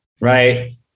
right